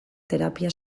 terapia